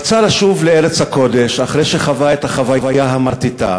רצה לשוב לארץ הקודש אחרי שחווה את החוויה המרטיטה,